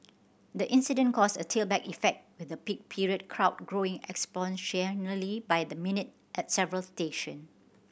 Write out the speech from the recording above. the incident caused a tailback effect with the peak period crowd growing exponentially by the minute at several station